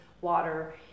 water